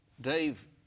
Dave